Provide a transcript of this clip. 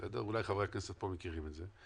אולי חברי הכנסת פה מכירים את זה,